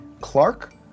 Clark